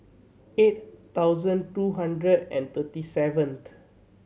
eight thousand two hundred and thirty seventh